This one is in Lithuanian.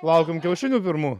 valgom kiaušinių pirmu